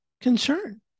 concern